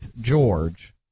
George